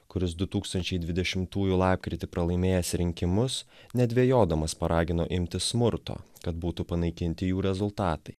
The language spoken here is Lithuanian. kuris du tūkstančiai dvidešimtųjų lapkritį pralaimėjęs rinkimus nedvejodamas paragino imtis smurto kad būtų panaikinti jų rezultatai